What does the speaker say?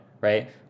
right